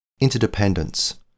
Interdependence